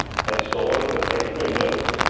had stolen to the french windows,